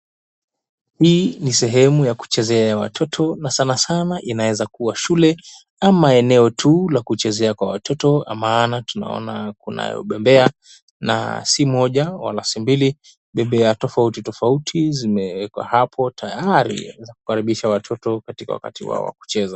Hi ni sehemu ya kuchezea ya watoto na sana sana inaweza kuwa shule ama eneo tu la kuchezea kwa watoto, maana tunaona kunayo bembea na si moja wala si mbili. Bembea tofauti tofauti zimeekwa hapo tayari kukaribisha watoto katika wakati wao wa kucheza.